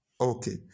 Okay